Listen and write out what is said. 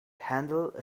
handle